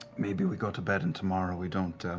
maybe we go to bed and tomorrow we don't